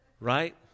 right